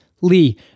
Lee